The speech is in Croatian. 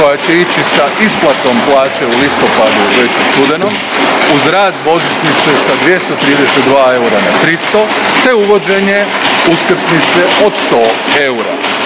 koja će ići sa isplatom plaće u listopadu, već u studenom, uz rast božićnice sa 232 eura na 300 eura, te uvođenje uskrsnice od 100 eura.